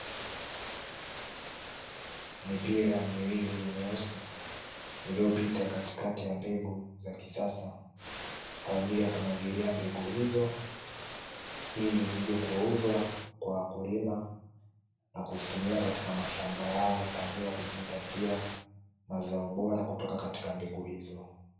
Mipira miwili mieusi iliyopita katikati ya mbegu za kisasa, kwa ajili ya kumwagilia mbegu hizo ili zije kuuzwa kwa wakulima, na kuzitumia katika mashamba yao kwa ajili ya kujipatia mazao bora kutoka katika mbegu hizo.